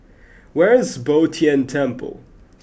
where is Bo Tien Temple